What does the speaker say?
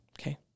Okay